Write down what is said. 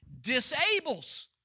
disables